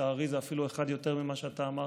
לצערי זה אפילו אחד יותר ממה שאתה אמרת.